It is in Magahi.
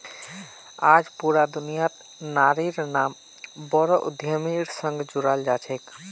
आज पूरा दुनियात नारिर नाम बोरो उद्यमिर संग जुराल छेक